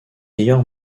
meilleur